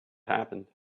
happened